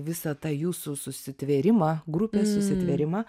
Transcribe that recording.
visą tą jūsų susitvėrimą grupės susitvėrimą